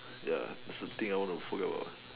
ya thats the thing I want to forget about